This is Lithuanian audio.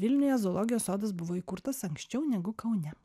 vilniuje zoologijos sodas buvo įkurtas anksčiau negu kaune